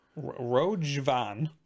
Rojvan